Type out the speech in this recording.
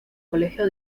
colegio